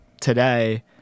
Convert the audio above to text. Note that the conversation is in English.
today